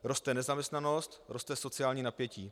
Roste nezaměstnanost, roste sociální napětí.